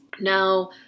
Now